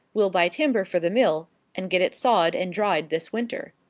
we'll buy timber for the mill and get it sawed and dried this winter.